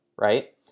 right